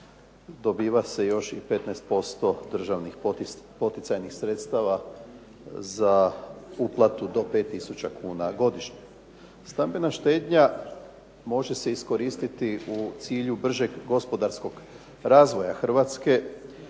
dobiva se i još 15% državni poticajnih sredstava za uplatu do 5 tisuća kuna godišnje. Stambena štednja može se iskoristiti u cilju bržeg gospodarskog razvoja Hrvatske,